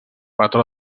patró